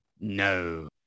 No